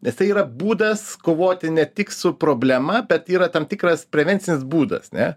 nes tai yra būdas kovoti ne tik su problema bet yra tam tikras prevencinis būdas ne